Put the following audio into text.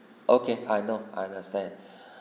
okay I know I understand